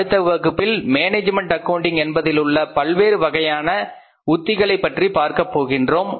அடுத்த வகுப்பில் management accounting என்பதிலுள்ள வெவ்வேறு வகையான உத்திகளைப் பற்றி பார்க்கப் போகின்றோம்